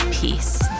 peace